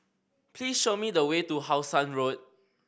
please show me the way to How Sun Road